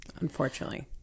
unfortunately